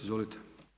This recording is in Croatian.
Izvolite.